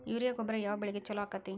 Urea ಗೊಬ್ಬರ ಯಾವ ಬೆಳಿಗೆ ಛಲೋ ಆಕ್ಕೆತಿ?